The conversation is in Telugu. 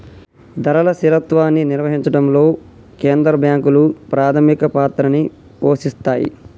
ధరల స్థిరత్వాన్ని నిర్వహించడంలో కేంద్ర బ్యాంకులు ప్రాథమిక పాత్రని పోషిత్తాయ్